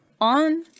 on